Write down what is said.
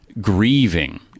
grieving